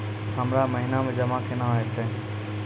हमरा महिना मे जमा केना हेतै?